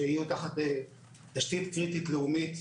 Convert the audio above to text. שיהיו תחת תשתית קריטית לאומית,